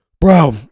bro